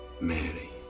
Mary